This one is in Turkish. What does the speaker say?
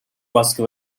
baskı